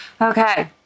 Okay